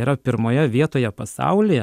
yra pirmoje vietoje pasaulyje